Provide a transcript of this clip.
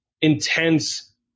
intense